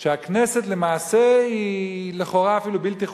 שהכנסת למעשה היא לכאורה אפילו בלתי חוקית,